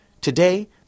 Today